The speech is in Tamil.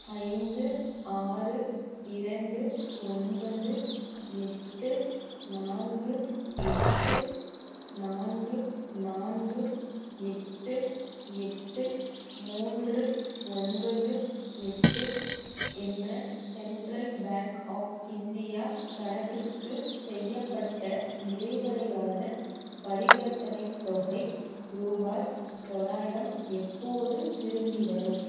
ஐந்து ஆறு இரண்டு ஒன்பது எட்டு நான்கு எட்டு நான்கு நான்கு எட்டு எட்டு மூன்று ஒன்பது எட்டு என்ற சென்ட்ரல் பேங்க் ஆஃப் இந்தியா கணக்குக்கு செய்யப்பட்ட நிறைவடையாத பரிவர்த்தனைத் தொகை ரூபாய் தொள்ளாயிரம் எப்போது திரும்பி வரும்